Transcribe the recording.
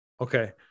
Okay